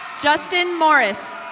justin moriss.